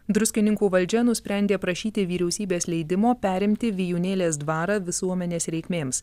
druskininkų valdžia nusprendė prašyti vyriausybės leidimo perimti vijūnėlės dvarą visuomenės reikmėms